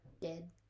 dead